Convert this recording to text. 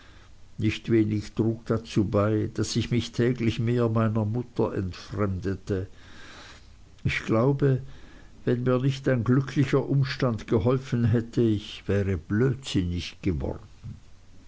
nicht wenig trug dazu bei daß ich mich täglich mehr meiner mutter entfremdet fühlte ich glaube wenn mir nicht ein glücklicher umstand geholfen hätte ich wäre blödsinnig geworden